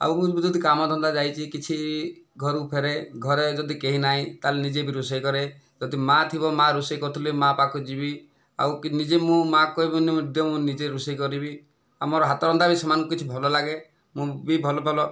ଆଉ ମୁଁ ଯଦି କାମଧନ୍ଦା ଯାଇଛି କିଛି ଘରକୁ ଫେରେ ଘରେ ଯଦି କେହି ନାହିଁ ତା'ହେଲେ ନିଜେ ବି ରୋଷେଇ କରେ ଯଦି ମା' ଥିବ ମା' ରୋଷେଇ କରୁଥିଲେ ମା' ପାଖକୁ ଯିବି ଆଉ ନିଜେ ମୁଁ ମା'କୁ କହିବି ଦିଅ ମୁଁ ନିଜେ ରୋଷେଇ କରିବି ଆଉ ମାେ'ର ହାତରନ୍ଧା ବି ସେମାନଙ୍କୁ କିଛି ଭଲ ଲାଗେ ମୁଁ ବି ଭଲ ଭଲ